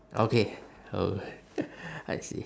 okay oh I see